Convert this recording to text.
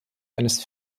eines